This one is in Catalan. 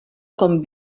com